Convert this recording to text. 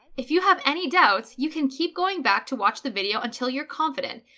if you have any doubts you can keep going back to watch the video until you're confident.